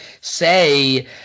say